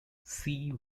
see